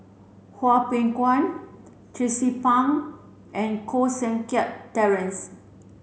Hwang Peng Yuan Tracie Pang and Koh Seng Kiat Terence